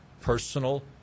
personal